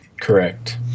Correct